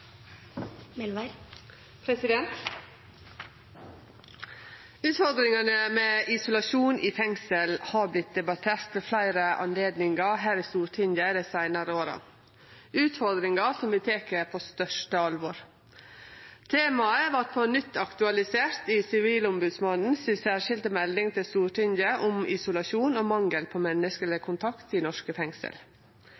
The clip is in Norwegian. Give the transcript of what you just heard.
Utfordringane med isolasjon i fengsel har vore debatterte ved fleire anledningar her i Stortinget dei seinare åra – utfordringar som vi tek på største alvor. Temaet vart på nytt aktualisert i den særskilde meldinga frå Sivilombodsmannen til Stortinget om isolasjon og mangel på